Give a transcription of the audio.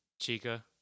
Chica